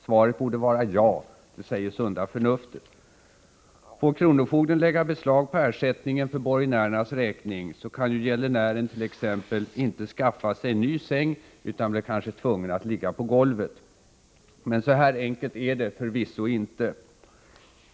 Svaret borde vara ja — det säger sunda förnuftet. Får kronofogden lägga beslag på ersättningen för borgenärernas räkning, så kan ju gäldenären inte skaffa sig t.ex. en ny säng utan blir kanske tvungen att ligga på golvet. Men så enkelt är det förvisso inte.